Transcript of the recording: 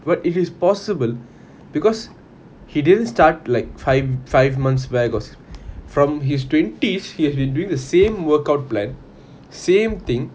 what if it's possible because he didn't start like five five months from his twenties he has been doing the same workout plan same thing